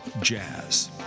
Jazz